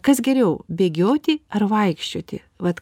kas geriau bėgioti ar vaikščioti vat